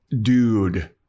dude